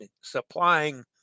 supplying